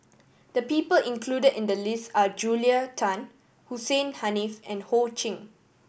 the people included in the list are Julia Tan Hussein Haniff and Ho Ching